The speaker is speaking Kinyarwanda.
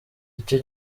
icyo